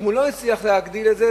אם הוא לא הצליח להגדיל את זה,